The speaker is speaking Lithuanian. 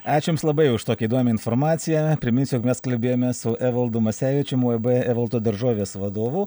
ačiū jums labai už tokią įdomią informaciją priminsiu jog mes kalbėjomės su evaldu masevičium uab evaldo daržovės vadovu